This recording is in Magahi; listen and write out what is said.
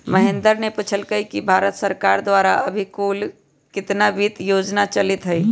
महेंद्र ने पूछल कई कि भारत सरकार द्वारा अभी कुल कितना वित्त योजना चलीत हई?